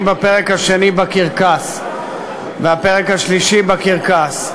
בפרק השני בקרקס והפרק השלישי בקרקס.